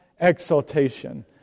exaltation